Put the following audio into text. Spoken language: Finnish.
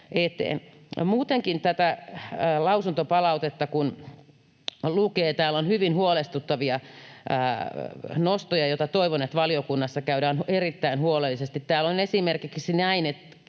Muutenkin tätä lausuntopalautetta kun lukee, täällä on hyvin huolestuttavia nostoja, ja toivon, että niitä valiokunnassa käydään erittäin huolellisesti. Täällä on esimerkiksi näin,